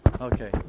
Okay